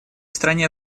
стране